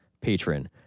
patron